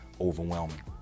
overwhelming